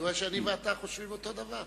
אני רואה שאני ואתה חושבים אותו דבר.